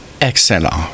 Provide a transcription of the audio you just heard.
excellent